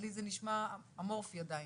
לי זה נשמע קצת אמורפי עדיין.